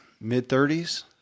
mid-30s